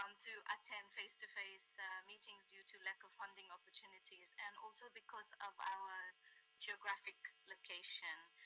um to attend face-to-face meetings due to lack of funding opportunities and also because of our geographic location.